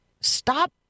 stop